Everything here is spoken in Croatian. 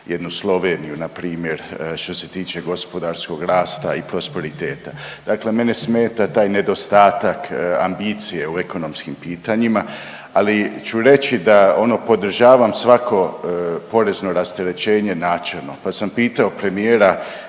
jednu Sloveniju npr. što se tiče gospodarskog rasta i prosperiteta. Dakle, mene smeta taj nedostatak ambicije u ekonomskim pitanjima, ali ću reći da ono podržavam svako porezno rasterećenje načelno, pa sam pitao premijera